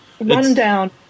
rundown